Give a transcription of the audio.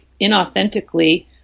inauthentically